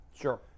Sure